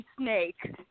Snake